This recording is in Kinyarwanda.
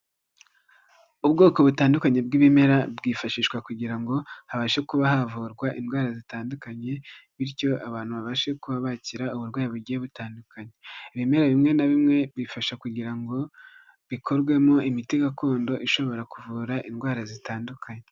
Ubwoko butandukanye bw'ibimera bwifashishwa kugira ngo habashe kuba havurwa indwara zitandukanye bityo abantu babashe kuba bakira uburwayi bugiye butandukanye, ibimera bimwe na bimwe bifasha kugira ngo bikorwemo imiti gakondo ishobora kuvura indwara zitandukanye.